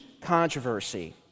controversy